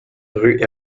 rue